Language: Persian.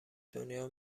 دنیا